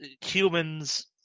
Humans